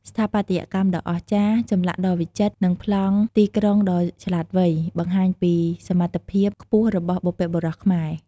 ស្ថាបត្យកម្មដ៏អស្ចារ្យ ចម្លាក់ដ៏វិចិត្រ និងប្លង់ទីក្រុងដ៏ឆ្លាតវៃ បង្ហាញពីសមត្ថភាពខ្ពស់របស់បុព្វបុរសខ្មែរ។